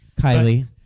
kylie